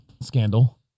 scandal